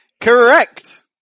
Correct